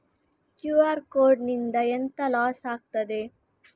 QR code ನಿಂದ ಎಂತ loss ಆಗ್ತದೆ?